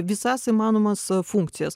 visas įmanomas funkcijas